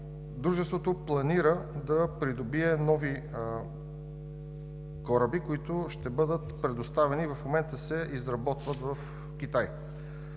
дружеството планира да придобие нови кораби, които ще бъдат предоставени. В момента се изработват в Китай.